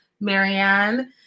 Marianne